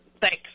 Thanks